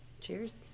Cheers